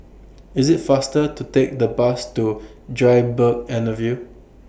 IS IT faster to Take The Bus to Dryburgh Anna View